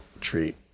treat